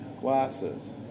glasses